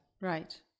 Right